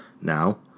Now